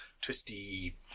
twisty